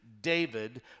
David